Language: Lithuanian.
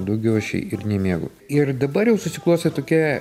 daugiau aš ir nemiegu ir dabar jau susiklostė tokia